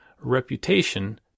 Reputation